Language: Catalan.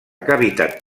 cavitat